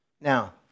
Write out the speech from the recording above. Now